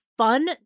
Fun